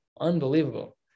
Unbelievable